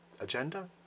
agenda